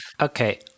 Okay